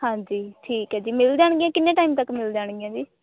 ਹਾਂਜੀ ਠੀਕ ਹੈ ਜੀ ਮਿਲ ਜਾਣਗੀਆਂ ਕਿੰਨੇ ਟਾਈਮ ਤੱਕ ਮਿਲ ਜਾਣਗੀਆਂ ਜੀ